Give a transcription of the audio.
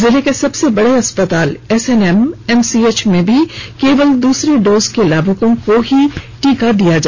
जिले के सबसे बड़े अस्पताल एसएनएमएमसीएच में भी केवल दूसरे डोज के लाभुकों को ही टीका दिया गया